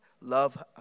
Love